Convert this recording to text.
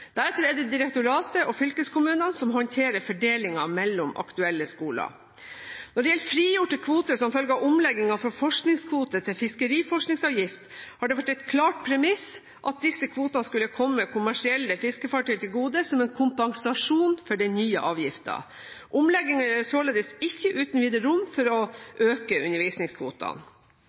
Deretter er det direktoratet og fylkeskommunene som håndterer fordelingen mellom aktuelle skoler. Når det gjelder frigjorte kvoter som følge av omleggingen fra forskningskvoter til fiskeriforskningsavgift, har det vært et klart premiss at disse kvotene skal komme kommersielle fiskefartøy til gode som en kompensasjon for den nye avgiften. Omleggingen gir således ikke uten videre noe rom for å øke undervisningskvotene.